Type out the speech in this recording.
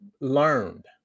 learned